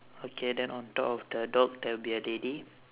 okay then on top of the dog there will be a lady